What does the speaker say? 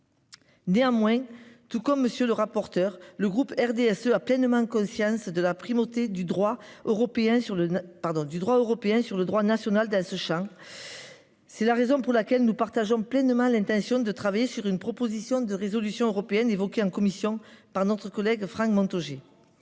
Néanmoins, tout comme monsieur le rapporteur. Le groupe RDSE a pleinement conscience de la primauté du droit européen sur le pardon du droit européen sur le droit national d'ce. C'est la raison pour laquelle nous partageons pleinement l'intention de travailler sur une proposition de résolution européenne évoqué en commission par notre collègue Franck Montaugé.